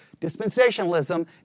Dispensationalism